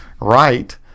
right